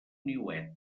niuet